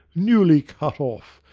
newly cut off,